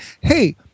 hey